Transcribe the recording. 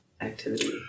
activity